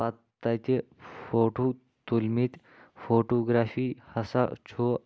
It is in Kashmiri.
پتہٕ تَتہِ فوٹو تُلۍ مٕتۍ فوٹوگرافی ہسا چھُ